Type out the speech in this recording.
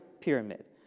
pyramid